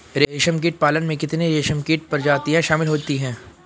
रेशमकीट पालन में कितनी रेशमकीट प्रजातियां शामिल होती हैं?